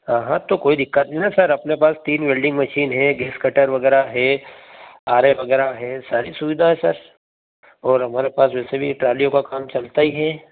हाँ हाँ तो कोई दिक्कत नहीं है ना सर अपने पास तीन वेल्डिंग मशीन है गैस कटर वगैरह है आरे वगैरह हैं सारी सुविधा है सर और हमारे पास वैसे भी ट्रालियों का काम चलता ही है